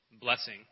blessing